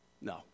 No